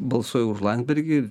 balsuoja už landsbergį